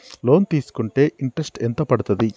Loan తీస్కుంటే interest ఎంత పడ్తది?